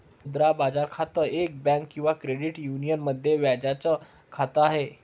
मुद्रा बाजार खातं, एक बँक किंवा क्रेडिट युनियन मध्ये व्याजाच खात आहे